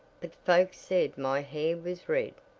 but folks said my hair was red.